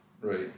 Right